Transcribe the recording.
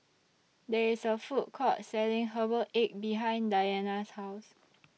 There IS A Food Court Selling Herbal Egg behind Dianna's House